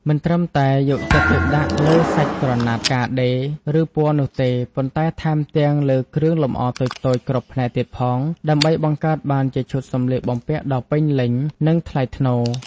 មិនត្រឹមតែយកចិត្តទុកដាក់លើសាច់ក្រណាត់ ការដេរ ឬពណ៌នោះទេ ប៉ុន្តែថែមទាំងលើគ្រឿងលម្អតូចៗគ្រប់ផ្នែកទៀតផង ដើម្បីបង្កើតបានជាឈុតសម្លៀកបំពាក់ដ៏ពេញលេញ និងថ្លៃថ្នូរ។